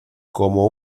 como